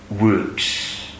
works